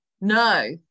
No